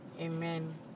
Amen